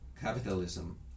capitalism